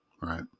Right